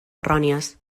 errònies